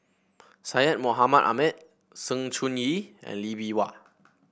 Syed Mohamed Ahmed Sng Choon Yee and Lee Bee Wah